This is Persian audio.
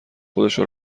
خودشو